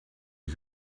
you